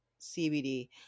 CBD